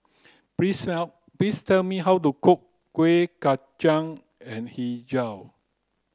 please please tell me how to cook kuih kacang and hijau